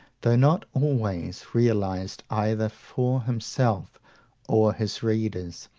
though not always realised either for himself or his readers,